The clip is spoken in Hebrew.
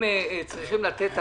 שצריכים לתת הלוואות.